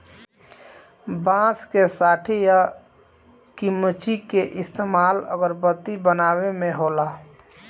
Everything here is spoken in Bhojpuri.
बांस के सठी आ किमची के इस्तमाल अगरबत्ती बनावे मे होला